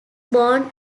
born